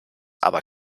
aber